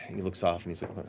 he looks off and is like,